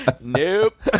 nope